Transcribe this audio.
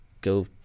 go